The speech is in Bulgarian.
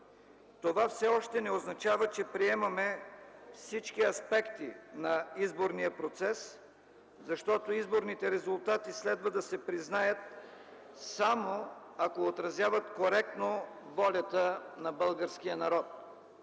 Това все още не означава, че приемаме всички аспекти на изборния процес, защото изборните резултати следва да се признаят, само ако отразяват коректно волята на българския народ.